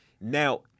Now